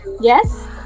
Yes